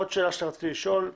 עוד שאלה שרציתי לשאול.